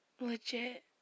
legit